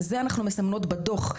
וזה אנחנו מסמנות בדוח.